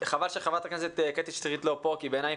וחבל שחברת הכנסת קטי שטרית לא פה כי בעיניי היא